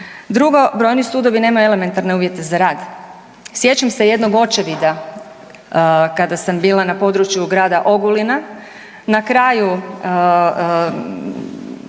Drugo, brojni sudovi nemaju elementarne uvjete za rad. Sjećam se jednog očevida kada sam bila na području grada Ogulina, na kraju